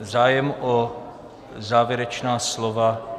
Zájem o závěrečná slova...